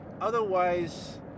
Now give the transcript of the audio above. otherwise